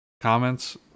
comments